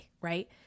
right